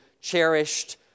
cherished